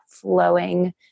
flowing